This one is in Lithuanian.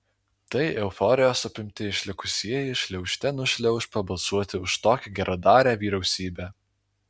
tai euforijos apimti išlikusieji šliaužte nušliauš pabalsuoti už tokią geradarę vyriausybę